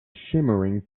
shimmering